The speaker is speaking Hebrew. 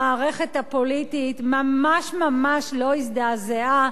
המערכת הפוליטית ממש ממש לא הזדעזעה